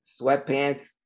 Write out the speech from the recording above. sweatpants